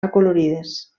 acolorides